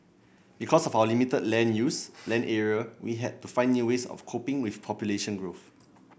because of our limited land use land area we had to find new ways of coping with population growth